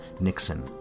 Nixon